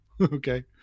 Okay